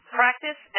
practice